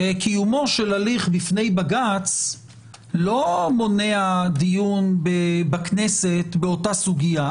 קיומו של הליך בבג”ץ לא מונע דיון בכנסת באותה סוגיה.